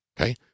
okay